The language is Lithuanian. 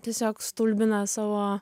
tiesiog stulbina savo